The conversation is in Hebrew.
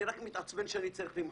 אז אני רק מתעצבן שאני צריך למחוק.